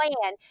plan